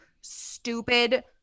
stupid